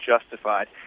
justified